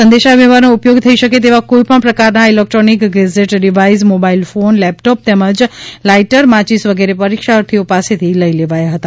સંદેશા વ્યવહારનો ઉપયોગ થઈ શકે તેવા કોઈ પણ પ્રકારના electronic gadgets device mobile phone laptop તેમ જ લાઈટર માચીસ વગેરે પરિક્ષાર્થી પાસેથી લઈ લેવાયા હતા